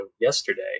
yesterday